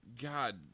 God